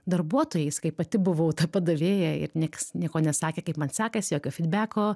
darbuotojais kai pati buvau ta padavėja ir nieks nieko nesakė kaip man sekasi jokio fydbeko